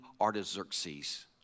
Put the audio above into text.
Artaxerxes